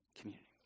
community